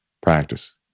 practice